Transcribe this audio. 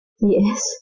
Yes